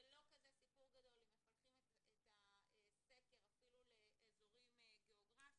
זה לא כזה סיפור גדול אם מפלחים את הסקר אפילו לאזורים גיאוגרפיים,